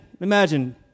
Imagine